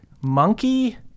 monkey